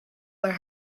were